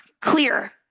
clear